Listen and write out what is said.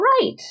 right